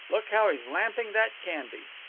look how he's lamping that candy.